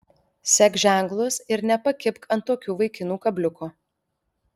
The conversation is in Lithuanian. sek ženklus ir nepakibk ant tokių vaikinų kabliuko